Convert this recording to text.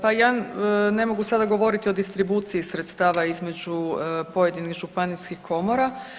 Pa ja ne mogu sada govoriti o distribuciji sredstava između pojedinih županijskih komora.